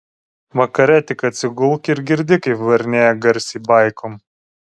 vakare tik atsigulk ir girdi kaip varinėja garsiai baikom